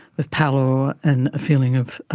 with pallor and a feeling of